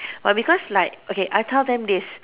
but because like okay I tell them this